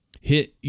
hit